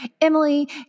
Emily